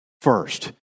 first